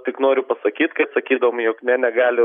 tik noriu pasakyt kaip sakydavom jog ne negali